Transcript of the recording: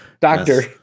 Doctor